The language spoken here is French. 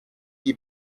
qui